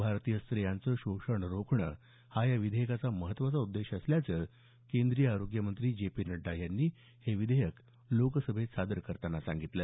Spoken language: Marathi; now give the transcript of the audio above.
भारतीय स्त्रियांचं शोषण रोखणं हा या विधेयकाचा महत्त्वाचा उद्देश असल्याचं केंद्रीय आरोग्य मंत्री जे पी नड्डा यांनी हे विधेयक लोकसभेत सादर करताना सांगितलं